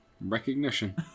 Recognition